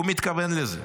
הוא מתכוון לזה.